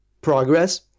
progress